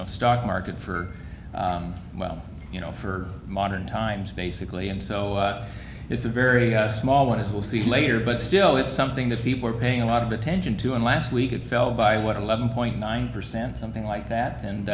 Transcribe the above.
know stock market for well you know for modern times basically and so it's a very small one as we'll see later but still it's something that people are paying a lot of attention to and last week it fell by what eleven point nine percent something like that and